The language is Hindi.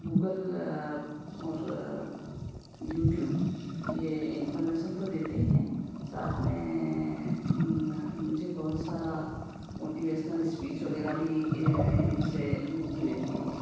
गूगल और यूट्यूब ये इंफॉर्मेशन तो देते ही हैं साथ में मुझे बहुत सारा मोटिवेशनल स्पीच वगैरह भी इनसे मिलती रहती है